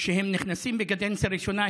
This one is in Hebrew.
כשהם נכנסים בקדנציה ראשונה,